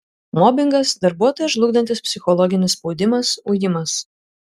mobingas darbuotoją žlugdantis psichologinis spaudimas ujimas